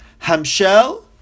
Hamshel